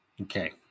Okay